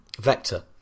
Vector